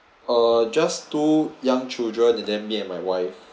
uh just two young children then me and my wife